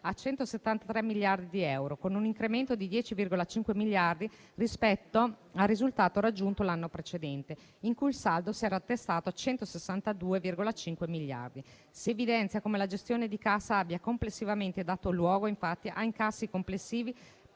173 miliardi di euro, con un incremento di 10,5 miliardi rispetto al risultato raggiunto l'anno precedente, in cui il saldo si era attestato a 162,5 miliardi. Si evidenzia come la gestione di cassa abbia complessivamente dato luogo, infatti, a incassi complessivi per